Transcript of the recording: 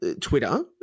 Twitter